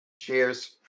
Cheers